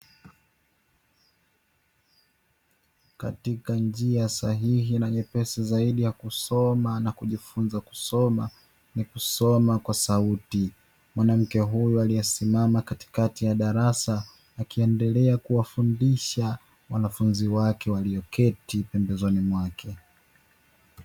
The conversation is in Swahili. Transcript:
Katika njia sahihi na nyepesi zaidi ya kusoma na kujifunza kusoma ni kusoma kwa sauti, mwanamke huyu aliyesimama katikati ya darasa akiendelea kuwafundisha wanafunzi wake walioketi pembezoni mwake.